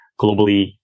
globally